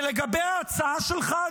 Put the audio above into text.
ולגבי ההצעה שלך,